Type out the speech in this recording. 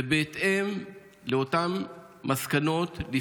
ולפעול בהתאם לאותן מסקנות.